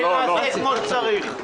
נעשה אותו כפי שצריך.